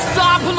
Stop